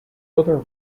other